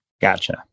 Gotcha